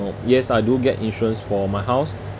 yes I do get insurance for my house